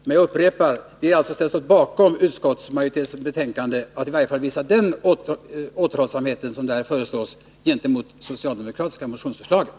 Men jag upprepar: Vi har alltså ställt oss bakom utskottsmajoritetens skrivning genom att åtminstone visa den återhållsamhet som där föreslås gentemot det socialdemokratiska motionsförslaget.